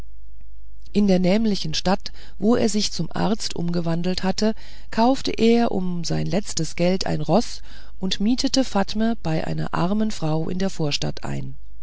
in der nämlichen stadt wo er sich zum arzt umgewandelt hatte kaufte er um sein letztes geld ein roß und mietete fatme bei einer armen frau in der vorstadt ein